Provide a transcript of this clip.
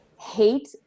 hate